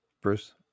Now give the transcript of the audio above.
Bruce